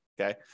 okay